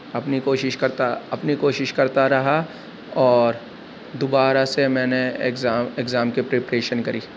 اپنی کوشش کرتا اپنی کوشش کرتا رہا اور دوبارہ سے میں نے ایگزام ایگزام کی پریریشن کری